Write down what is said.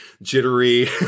jittery